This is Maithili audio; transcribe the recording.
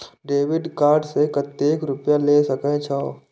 डेबिट कार्ड से कतेक रूपया ले सके छै?